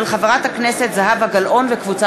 מאת חברי הכנסת משה גפני ואורי מקלב,